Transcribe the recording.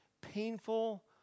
painful